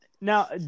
now